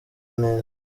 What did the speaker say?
neza